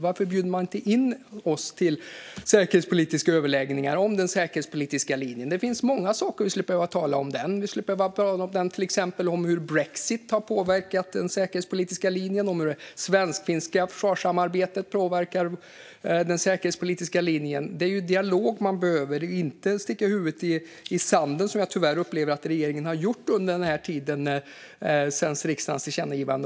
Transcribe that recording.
Varför bjuder man inte in oss till säkerhetspolitiska överläggningar om den säkerhetspolitiska linjen? Det finns många saker som vi skulle behöva tala om. Vi skulle behöva tala om den, om hur brexit har påverkat den säkerhetspolitiska linjen och om hur det svensk-finländska försvarssamarbetet påverkar den säkerhetspolitiska linjen. Det är dialog som man behöver, inte att man sticker huvudet i sanden som jag tyvärr upplever att regeringen har gjort under denna tid sedan riksdagens tillkännagivande.